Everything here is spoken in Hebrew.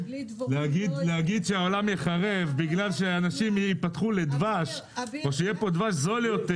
להגיד שהעולם ייחרב בגלל שאנשים ייפתחו לדבש או שיהיה פה דבש זול יותר